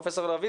פרופ' לביא,